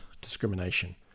discrimination